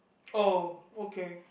oh okay